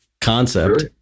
concept